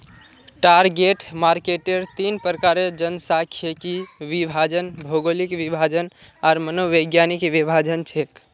target marketer तीन प्रकार जनसांख्यिकीय विभाजन, भौगोलिक विभाजन आर मनोवैज्ञानिक विभाजन छेक